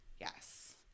Yes